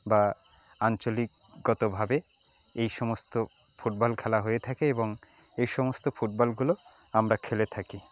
বা আঞ্চলিকগতভাবে এই সমস্ত ফুটবল খেলা হয়ে থাকে এবং এই সমস্ত ফুটবলগুলো আমরা খেলে থাকি